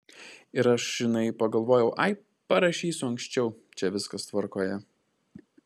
ir aš žinai pagalvojau ai parašysiu anksčiau čia viskas tvarkoje